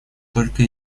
только